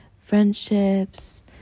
friendships